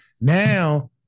now